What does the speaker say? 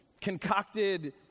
concocted